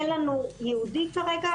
אין לנו ייעודי כרגע.